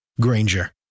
Granger